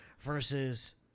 versus